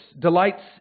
delights